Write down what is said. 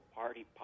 party